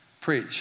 preach